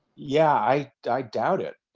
yeah. i doubt doubt it.